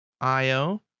IO